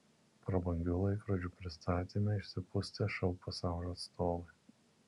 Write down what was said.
prabangių laikrodžių pristatyme išsipustę šou pasaulio atstovai